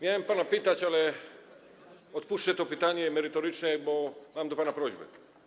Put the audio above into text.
Miałem pana pytać, ale odpuszczę to pytanie merytoryczne, bo mam do pana prośbę.